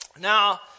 Now